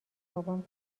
بابام